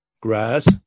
grass